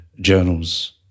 journals